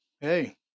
hey